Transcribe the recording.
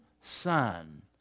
son